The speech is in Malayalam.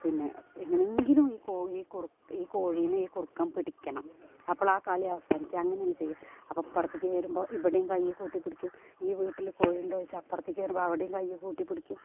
പിന്നെ എങ്ങനെങ്കിലും ഈ കോ ഈ കുറ് കോഴീനെ ഈ കുറുക്കൻ പിടിക്കണം അപ്പോളാ കളി അവസാനിക്കുക അങ്ങനെയാണ് ചെയ്യുക അപ്പം പുറത്തേക്കു വരുമ്പോൾ ഇവിടെയും കൈ കൂട്ടി പിടിക്കും ഈ വീട്ടിൽ കോഴിയുണ്ടോ ചോദിച്ച് അപ്പുറത്തേക്കു വരുമ്പോൾ അവിടെയും കൈ കൂട്ടിപ്പിടിക്കും